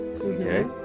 Okay